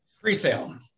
pre-sale